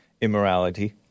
immorality